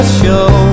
show